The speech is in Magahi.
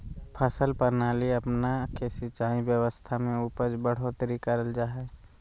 फसल प्रणाली अपना के सिंचाई व्यवस्था में उपज बढ़ोतरी करल जा हइ